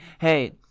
Hey